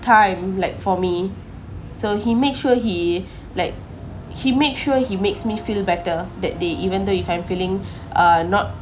time like for me so he made sure he like he made sure he makes me feel better that day even though if I'm feeling uh not